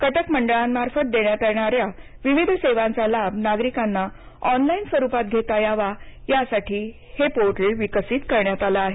कटक मंडळांमार्फत देण्यात येणाऱ्या विविध सेवांचा लाभ नागरिकांना ऑनलाइन स्वरूपात घेता यावा यासाठी हे पोर्टल विकसित करण्यात आलं आहे